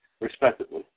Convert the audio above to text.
respectively